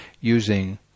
using